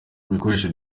ibikoresho